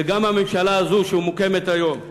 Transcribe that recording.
וגם הממשלה הזאת, שמוקמת היום,